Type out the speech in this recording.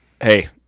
hey